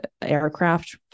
aircraft